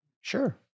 Sure